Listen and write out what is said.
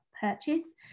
Purchase